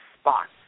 spots